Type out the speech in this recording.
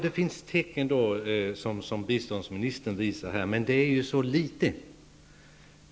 Det finns, som biståndsministern här nämnde, tecken, men det är ju så litet!